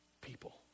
people